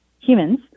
humans –